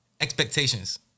expectations